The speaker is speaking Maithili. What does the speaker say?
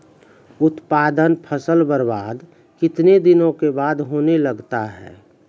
उत्पादन फसल बबार्द कितने दिनों के बाद होने लगता हैं?